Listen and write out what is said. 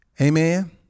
Amen